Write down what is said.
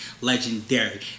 legendary